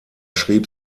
schrieb